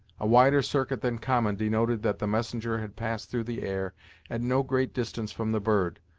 a wider circuit than common denoted that the messenger had passed through the air at no great distance from the bird,